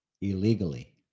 illegally